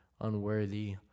unworthy